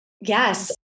Yes